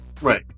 right